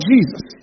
Jesus